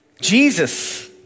Jesus